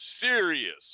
serious